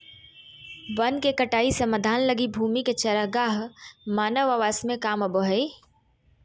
वन के कटाई समाधान लगी भूमि के चरागाह मानव आवास में काम आबो हइ